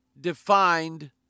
defined